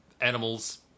animals